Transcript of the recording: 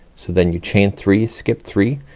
so then you chain three, skip three,